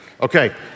okay